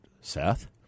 Seth